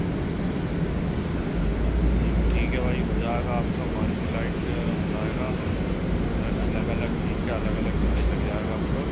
जी ठीक है भाई हो जाएगा आपका पार्किंग लाइट सही हो जाएगा सर अलग अलग चीज़ का अलग अलग चार्ज लग जाएगा आपका